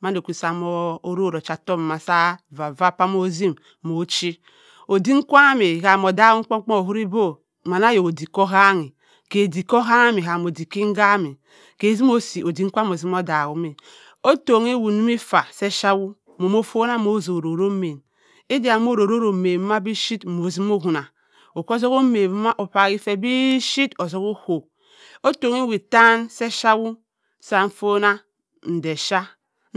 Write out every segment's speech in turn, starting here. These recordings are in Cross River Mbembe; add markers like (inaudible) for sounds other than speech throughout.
Mando kisa m’oroyi ocha-ottoku vava paman ozim m’ochi odom kwaam-a kam odammo kpon-kpon owuri do man ayok odik ohamma-a ke odik ko yaham a kam odik ki ham kke zino osi odim kwaam osi mi odaak o ma ottong ewott si afa se ephy-wo mommno fonna nnozu orriri omon ida m’orrori-oro omen bpuyit mo zimo owonna mokki zubua imen wa okpawi fe dipuyit ozuk okko ottong-wi awo attan se epuya-wo sa nnfona nde epuya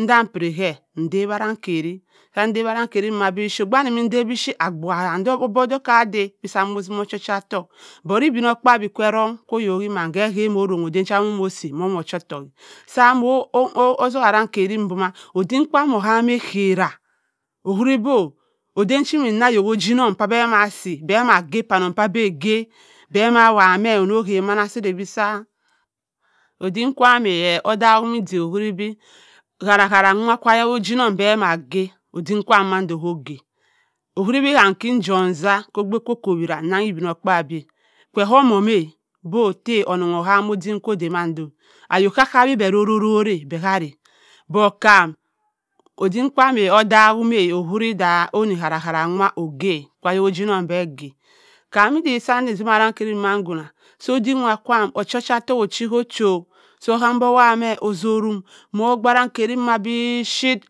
nda piri ke ndawi arrang kari sa adawi arrang-kari bipuyit obgu wani emmi ndap bipuyit agbuha kam obok ka ada cha mozimma ochi-ocha-ottoku but ibinokpaabyi kwa rong ko yonni man ke arronni aden cha mosi mommo ochaott-oku-a sa mo (hesitation) arrang-kari wa odim kwaam okarra owuri do odan chi mme ayok oguinnong be masi be ma aga-wannong kwa be aga be ma awowau me onno da massa odim kwaam odawum odik owuri bi hara-hara oguinnong be ma aga odim kwaam mando ko-oga owui bi kam ke igom nnsa ko obgu okko wirra nnag ibinokpaabyi kw oo mommi bo tta onnong ohammi odim ko-odu mando ayok ka-kawi be roroeia be kkara but kan odim kwaam-a odaak-wo ma owuri da onni ha-ka-tara oga kwa a yok oguinnong be ga kam idee nnsim arrang kari wonna so odim wa kwaam ocha ottoku ochi-okochi so oham bi awoua me ozurum mo obu arrangari bipuyit.